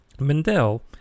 Mendel